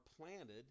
planted